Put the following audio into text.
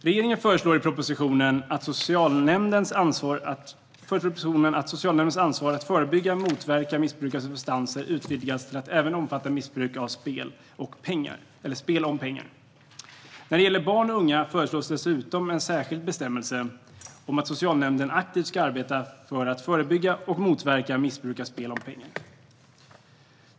Regeringen föreslår i propositionen att socialnämndens ansvar att förebygga och motverka missbruk av substanser utvidgas till att även omfatta missbruk av spel om pengar. När det gäller barn och unga föreslås dessutom en särskild bestämmelse om att socialnämnden aktivt ska arbeta för att förebygga och motverka missbruk av spel om pengar.